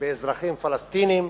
באזרחים פלסטינים,